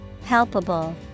Palpable